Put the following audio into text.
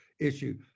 issue